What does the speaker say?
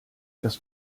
das